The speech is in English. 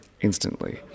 instantly